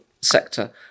sector